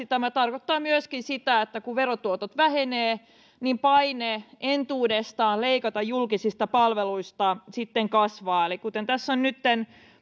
tämä tarkoittaa myöskin sitä että kun verotuotot vähenevät niin paine entuudestaan leikata julkisista palveluista sitten kasvaa kuten tässä on nytten